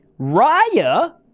Raya